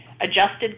Adjusted